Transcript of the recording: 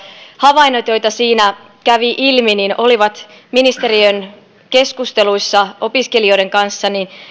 havainnot joita siinä kävi ilmi olivat ministeriön keskusteluissa opiskelijoiden kanssa